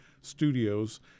Studios